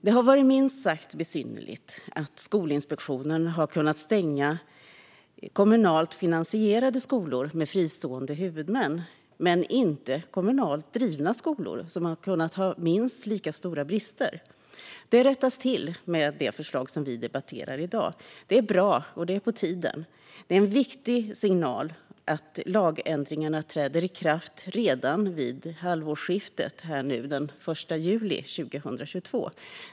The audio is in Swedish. Det har varit minst sagt besynnerligt att Skolinspektionen kunnat stänga kommunalt finansierade skolor med fristående huvudmän, men inte kommunalt drivna skolor som har kunnat ha minst lika stora brister. Det rättas till med det förslag som vi debatterar i dag. Det är bra och på tiden. Det är en viktig signal att lagändringarna träder i kraft redan vid halvårsskiftet, den 1 juli 2022.